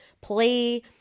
play